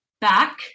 back